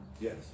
Yes